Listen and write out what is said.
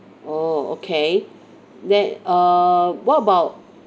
orh okay that uh what about